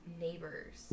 neighbors